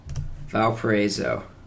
Valparaiso